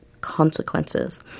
consequences